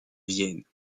vienne